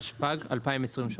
התשפ"ג-2023